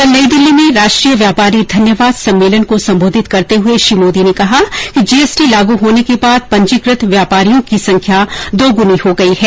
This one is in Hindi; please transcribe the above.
कल नई दिल्ली में राष्ट्रीय व्यापारी धन्यवाद सम्मेलन को संबोधित करते हुए श्री मोदी ने कहा कि जीएसटी लागू होने के बाद पंजीकृत व्यापारियों की संख्या दोगुनी हो गई है